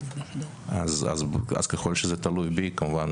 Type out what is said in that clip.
אז ככל שזה תלוי בי כמובן,